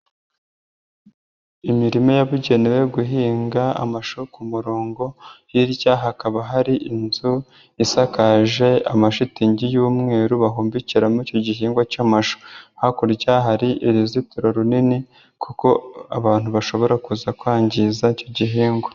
Imirima yabugenewe, guhinga amasho ku murongo, hirya hakaba hari inzu isakaje amashitingi y'umweru bahumbikiramo icyo gihingwa cy'amashu. Hakurya hari uruzitiro runini kuko abantu bashobora kuza kwangiza icyo gihingwa.